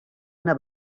una